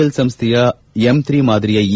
L ಸಂಸ್ಥೆಯ ಎಂಬ ಮಾದರಿಯ ಇ